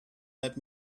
let